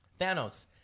Thanos